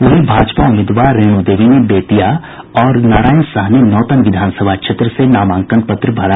वहीं भाजपा उम्मीदवार रेणु देवी ने बेतिया और नारायण साह ने नौतन विधानसभा क्षेत्र से नामांकन पत्र भरा